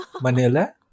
Manila